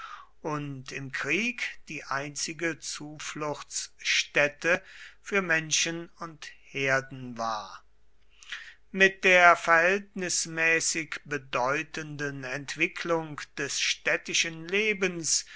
und im krieg die einzige zufluchtsstätte für menschen und herden war mit der verhältnismäßig bedeutenden entwicklung des städtischen lebens